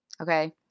Okay